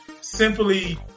simply